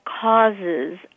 causes